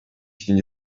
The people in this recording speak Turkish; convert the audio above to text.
ikinci